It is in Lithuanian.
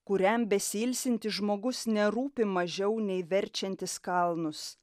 kuriam besiilsintis žmogus nerūpi mažiau nei verčiantis kalnus